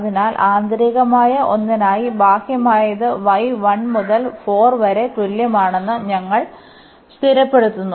അതിനാൽ ആന്തരികമായ ഒന്നിനായി ബാഹ്യമായത് y 1 മുതൽ 4 വരെ തുല്യമാണെന്ന് ഞങ്ങൾ സ്ഥിരപ്പെടുത്തുന്നു